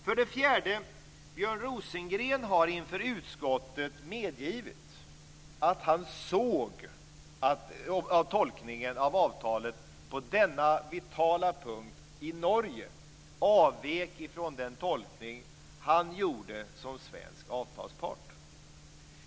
För det fjärde: Björn Rosengren har inför utskottet medgivit att han såg att tolkningen av avtalet på denna vitala punkt i Norge avvek från den tolkning han gjorde som svensk avtalspart.